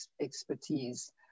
expertise